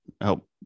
help